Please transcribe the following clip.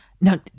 Now